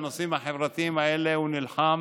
על הנושאים החברתיים האלה הוא נלחם.